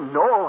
no